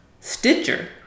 Stitcher